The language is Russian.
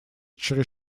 через